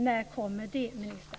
När kommer det, ministern?